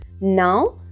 now